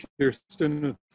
Kirsten